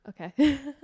Okay